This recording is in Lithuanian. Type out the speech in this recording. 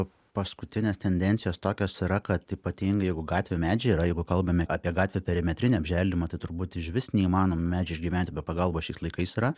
paskutinės tendencijos tokios yra kad ypatingai jeigu gatvių medžiai yra jeigu kalbame apie gatvių perimetrinį apželdinimą tai turbūt išvis neįmanoma medžiui išgyventi be pagalbos šiais laikais yra